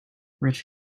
rich